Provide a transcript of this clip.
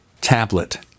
tablet